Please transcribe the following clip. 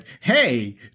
hey